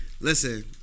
Listen